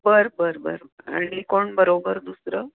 बरं बरं बरं आणि कोण बरोबर दुसरं